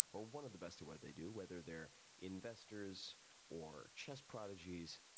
or one of the best at what they do, whether they're investors or chess prodigies,